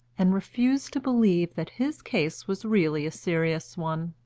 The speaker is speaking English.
and refused to believe that his case was really a serious one.